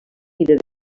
miler